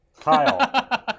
Kyle